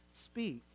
speak